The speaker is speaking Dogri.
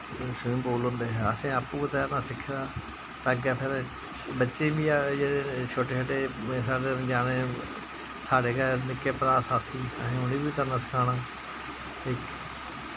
स्विमिंग पूल होंदे हे असें आपूं गै तैरना सिक्खे दा ऐ ते अग्गें फिर बच्चे बी फिर जेह्ड़े छोटे छोटे साढ़े ञ्याने साढ़े गै निक्के भ्राऽ साथी असें उ'नेंगी बी तरना सखाना